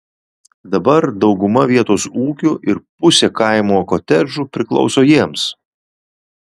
dabar dauguma vietos ūkių ir pusė kaimo kotedžų priklauso jiems